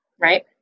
right